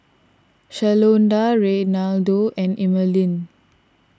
Shalonda Reynaldo and Emaline